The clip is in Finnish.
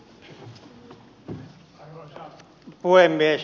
arvoisa puhemies